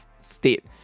state